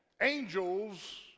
Angels